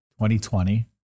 2020